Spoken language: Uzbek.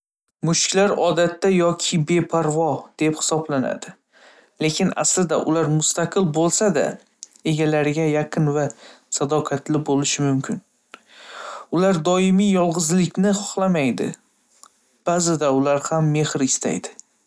Mushuklar odatda yoki beparvo deb hisoblanadi. lekin aslida ular mustaqil bo‘lsa-da, egalariga yaqin va sadoqatli bo‘lishi mumkin. Ular doimiy yolg‘izlikni xohlamaydi. Ba'zida ular ham mehr istaydi.